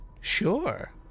Sure